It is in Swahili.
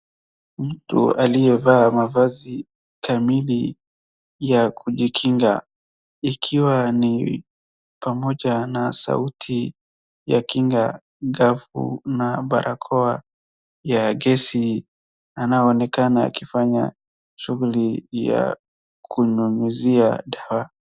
Mtu aliyevaaa mavazi kamili ya kujikinga, ikiwa ni pamoja na suti ya kinga, glavu na barakoa ya gesi. Anaonekana akifanya shughuli ya kunyunyizia dawa.